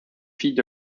filles